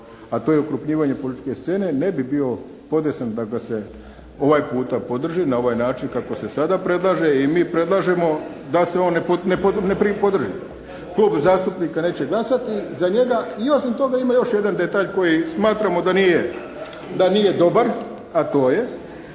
a to je okrupnjivanje političke scene ne bi bio podesan da ga se ovaj puta podrži, na ovaj način kako se sada predlaže. I mi predlažemo da se on ne podrži. Klub zastupnika neće glasati za njega. I osim toga ima još jedan detalj koji smatramo da nije dobar. A to je